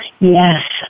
yes